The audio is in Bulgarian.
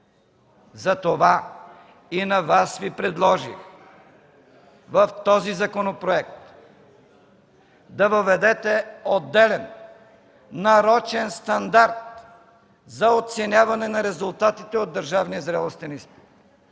Затова и на Вас Ви предложих в този законопроект да въведете отделен, нарочен стандарт за оценяване на резултатите от държавния зрелостен изпит.